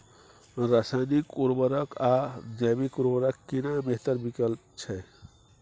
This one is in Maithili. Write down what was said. रसायनिक उर्वरक आ जैविक उर्वरक केना बेहतर विकल्प छै?